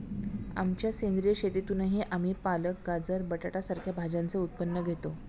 आमच्या सेंद्रिय शेतीतून आम्ही पालक, गाजर, बटाटा सारख्या भाज्यांचे उत्पन्न घेतो